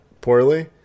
poorly